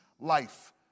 life